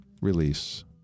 release